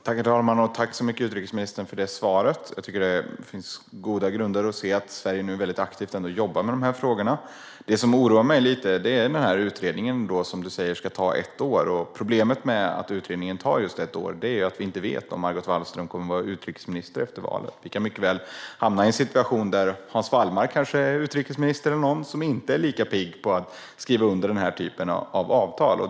Herr talman! Tack så mycket, utrikesministern, för det svaret! Jag tycker att det finns goda grunder för att Sverige jobbar väldigt aktivt med dessa frågor. Det som oroar mig lite är den utredning som utrikesministern säger ska ta ett år. Problemet med att utredningen tar just ett år är ju att vi inte vet om Margot Wallström kommer att vara utrikesminister efter valet. Vi kan mycket väl hamna i en situation där kanske Hans Wallmark är utrikesminister eller någon annan som inte är lika pigg på att skriva under den här typen av avtal.